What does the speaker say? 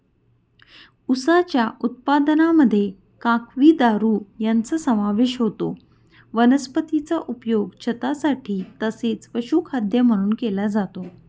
उसाच्या उत्पादनामध्ये काकवी, दारू यांचा समावेश होतो वनस्पतीचा उपयोग छतासाठी तसेच पशुखाद्य म्हणून केला जातो